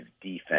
defense